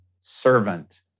servant